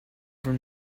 from